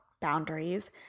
boundaries